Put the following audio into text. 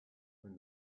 when